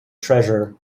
treasure